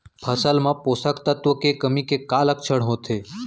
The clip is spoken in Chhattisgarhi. फसल मा पोसक तत्व के कमी के का लक्षण होथे?